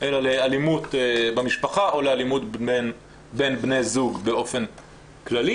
אלא לאלימות במשפחה או לאלימות בין בני זוג באופן כללי,